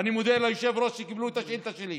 ואני מודה ליושב-ראש על שקיבלו את השאילתה שלי.